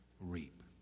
reap